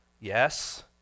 Yes